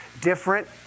different